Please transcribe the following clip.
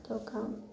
ꯑꯗꯨꯒ